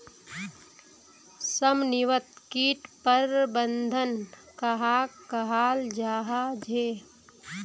समन्वित किट प्रबंधन कहाक कहाल जाहा झे?